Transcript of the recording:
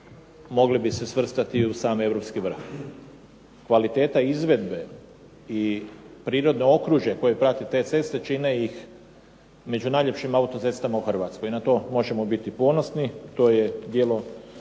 mogli bi se svrstati u sam Europski vrh. Kvaliteta izvedbe i prirodno okružje koje prati te ceste čine ih među najljepšim autocestama u Hrvatskoj, na to možemo biti ponosni, to je djelo